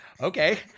Okay